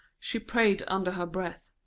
she prayed under her breath.